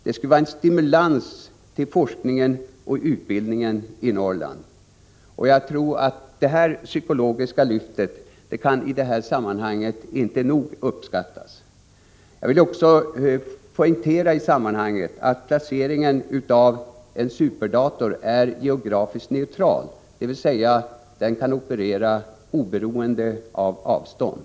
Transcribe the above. Det skulle vara en oerhörd stimulans för forskningen och utbildningen i Norrland. Betydelsen av detta psykologiska lyft kan inte nog uppskattas. Jag vill också betona i det här sammanhanget att placeringen av en superdator är geografiskt neutral, dvs. den opererar oberoende av avstånd.